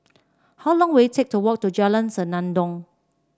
how long will it take to walk to Jalan Senandong